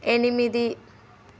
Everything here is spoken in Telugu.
ఎనిమిది